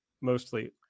mostly